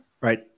right